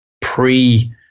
pre